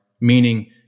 meaning